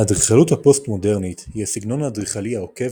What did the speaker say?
האדריכלות הפוסט-מודרנית היא הסגנון האדריכלי העוקב